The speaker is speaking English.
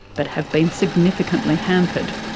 but have been significantly hampered.